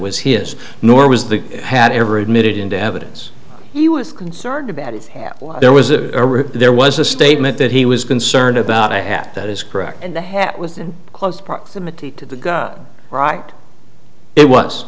was his nor was the had ever admitted into evidence he was concerned about if there was a there was a statement that he was concerned about a hat that is correct and the hat was in close proximity to the right it was